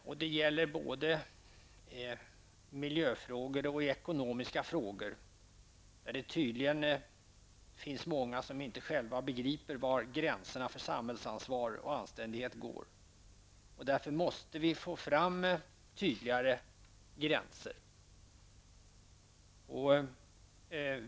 Den skall arbeta både med miljöfrågor och ekonomiska frågor, eftersom det tydligen finns många som inte begriper var gränserna för samhällsansvar och anständighet går. Det gäller alltså att klarare sätta dessa gränser.